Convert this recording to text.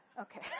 okay